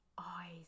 eyes